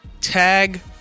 tag